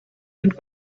had